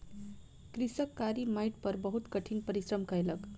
कृषक कारी माइट पर बहुत कठिन परिश्रम कयलक